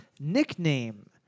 nickname